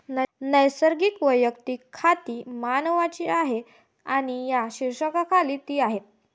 नैसर्गिक वैयक्तिक खाती मानवांची आहेत आणि या शीर्षकाखाली ती आहेत